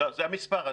זה המספר.